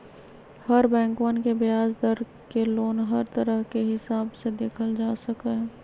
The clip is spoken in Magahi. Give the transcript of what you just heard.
हर बैंकवन के ब्याज दर के लोन हर तरह के हिसाब से देखल जा सका हई